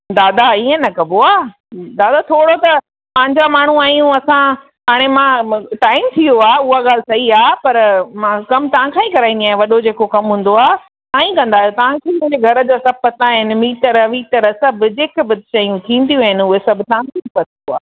दादा इय न कबो आहे दादा थोरो त पंहिंजा माण्हूं आहियूं असां हाणे मां टाइम थी वियो आहे उहा ॻाल्हि सही आहे पर मां कमु तव्हां खां ई कराईंदी आहियां वॾो जेको कमु हूंदो आहे तव्हां ई कंदा आहियो तव्हांखे मुंहिंजे घर जा सभु पता आहिनि मीटर वीटर सभु जेके बि शयूं थींदयूं आहिनि उहे सभु तव्हांखे ई पतो आहे